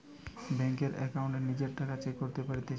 বেংকের একাউন্টে নিজের টাকা চেক করতে পারতেছি